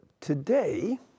today